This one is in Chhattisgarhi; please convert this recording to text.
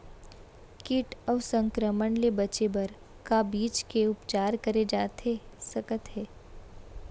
किट अऊ संक्रमण ले बचे बर का बीज के उपचार करे जाथे सकत हे?